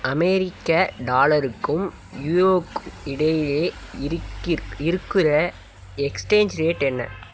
அமெரிக்க டாலருக்கும் யூரோவுக்கும் இடையில் இருக்கிற எக்ஸ்சேஞ்ச் ரேட் என்ன